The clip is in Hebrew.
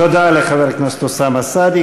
תודה לחבר הכנסת אוסאמה סעדי.